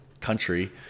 country